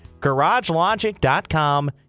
garagelogic.com